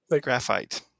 Graphite